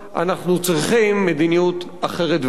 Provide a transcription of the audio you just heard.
אנחנו צריכים מדיניות אחרת והפוכה.